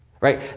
right